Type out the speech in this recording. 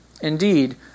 Indeed